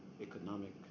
economic